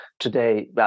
Today